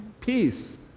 Peace